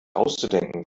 auszudenken